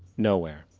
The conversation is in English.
nowhere.